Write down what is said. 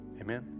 amen